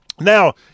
Now